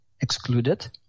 excluded